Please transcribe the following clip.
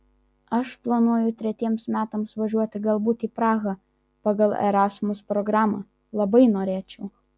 aš planuoju tretiems metams važiuoti galbūt į prahą pagal erasmus programą labai norėčiau